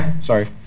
sorry